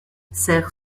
sert